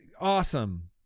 awesome